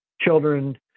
children